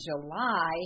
July